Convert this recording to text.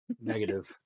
Negative